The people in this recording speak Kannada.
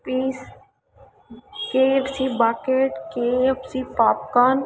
piece K F C bucket K F C popcorn